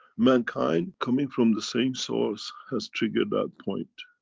mankind, coming from the same source has triggered that point.